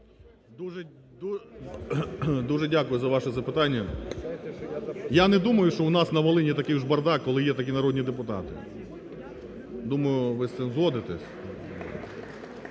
Дуже дякую за ваше запитання. Я не думаю, що у нас на Волині такий вже бардак, коли є такі народні депутати, думаю, ви з цим згодитесь.